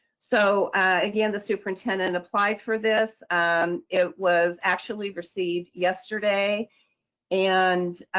so again, the superintendent applied for this, umm it was actually received yesterday and